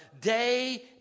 day